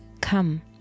come